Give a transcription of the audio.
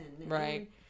Right